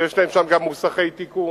שיש להם שם גם מוסכי תיקון,